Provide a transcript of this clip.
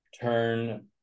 turn